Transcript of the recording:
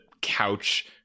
couch